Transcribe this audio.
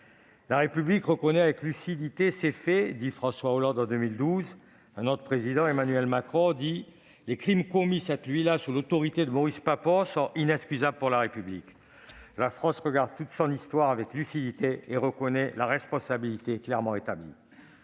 La République reconnaît avec lucidité ces faits », a déclaré François Hollande en 2012, avant qu'un autre président de la République, Emmanuel Macron, n'ajoute :« Les crimes commis cette nuit-là sous l'autorité de Maurice Papon sont inexcusables pour la République. La France regarde toute son histoire avec lucidité et reconnaît les responsabilités clairement établies.